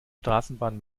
straßenbahn